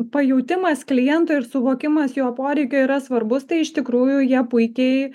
pajautimas kliento ir suvokimas jo poreikio yra svarbus tai iš tikrųjų jie puikiai